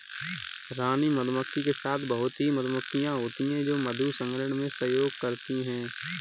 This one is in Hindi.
रानी मधुमक्खी के साथ बहुत ही मधुमक्खियां होती हैं जो मधु संग्रहण में सहयोग करती हैं